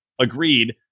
Agreed